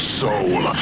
soul